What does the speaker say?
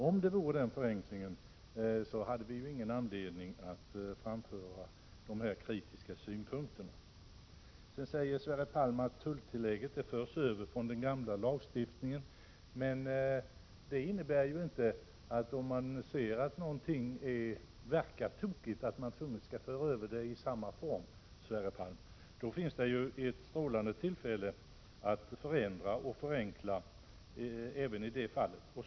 Om så var fallet hade vi ju ingen anledning att framföra kritiska synpunkter. Sverre Palm säger vidare att reglerna om tulltillägg förs över från den gamla till den nya lagen. Men om någonting är tokigt skall det väl inte föras över i samma form? Här har man i stället ett strålande tillfälle att förändra och förenkla.